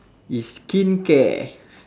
it's skincare